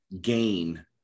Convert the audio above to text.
gain